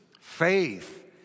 faith